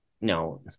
no